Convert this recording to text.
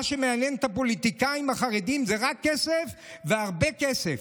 מה שמעניין את הפוליטיקאים החרדים זה רק כסף והרבה כסף,